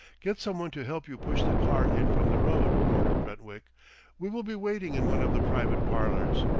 get some one to help you push the car in from the road, ordered brentwick we will be waiting in one of the private parlors.